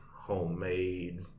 homemade